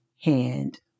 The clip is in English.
hand